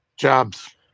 Jobs